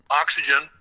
oxygen